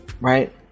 Right